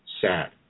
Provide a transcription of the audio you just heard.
sad